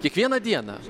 kiekvieną dieną